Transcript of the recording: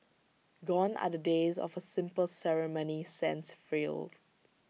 gone are the days of A simple ceremony sans frills